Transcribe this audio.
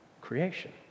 creation